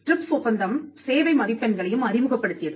drips ஒப்பந்தம் சேவை மதிப்பெண்களையும் அறிமுகப்படுத்தியது